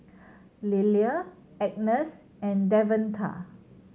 Lilia Agness and Davonta